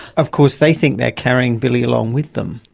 of course, they think they're carrying billy along with them.